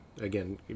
Again